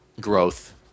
growth